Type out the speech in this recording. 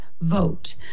vote